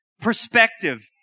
Perspective